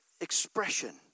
expression